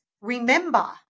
Remember